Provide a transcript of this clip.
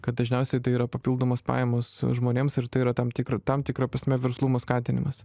kad dažniausiai tai yra papildomos pajamos žmonėms ir tai yra tam tikra tam tikra prasme verslumo skatinimas